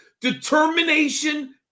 determination